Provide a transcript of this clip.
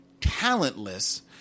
talentless